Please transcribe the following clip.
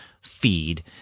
feed